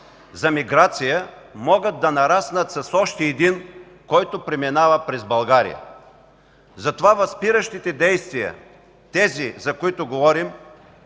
за миграция могат да нараснат с още един, който преминава през България. Затова възпиращите действия – тези, за които говорим